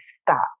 stop